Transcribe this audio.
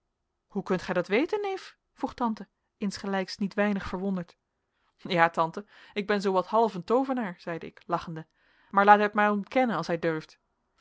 hoe kunt gij dat weten neef vroeg tante insgelijks niet weinig verwonderd ja tante ik ben zoo wat half een toovenaar zeide ik lachende maar laat hij het maar ontkennen als hij durft